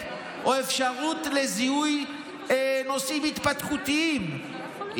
או אפשרות לזיהוי נושאים התפתחותיים,